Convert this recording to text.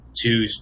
two